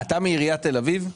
אתה מעיריית תל אביב?